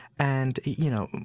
and, you know,